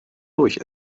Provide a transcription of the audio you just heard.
durch